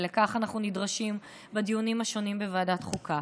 ולכך אנחנו נדרשים בדיונים השונים בוועדת חוקה,